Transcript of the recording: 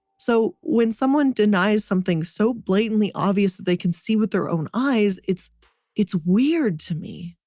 so, when someone denies something so blatantly obvious that they can see with their own eyes, it's it's weird to me.